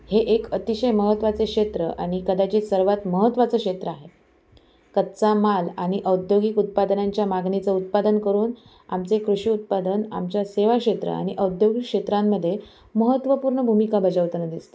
हे एक अतिशय महत्त्वाचे क्षेत्र आणि कदाचित सर्वात महत्त्वाचं क्षेत्र आहे कच्चा माल आणि औद्योगिक उत्पादनांच्या मागणीचं उत्पादन करून आमचे कृषी उत्पादन आमचे सेवा क्षेत्र आणि औद्योगिक क्षेत्रांमध्ये महत्त्वपूर्ण भूमिका बजावताना दिसतं